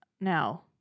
Now